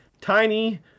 tiny